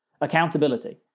accountability